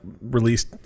released